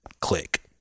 click